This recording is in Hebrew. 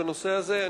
בנושא הזה.